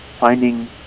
finding